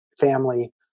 family